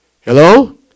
Hello